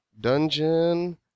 Dungeon